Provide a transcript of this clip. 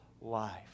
life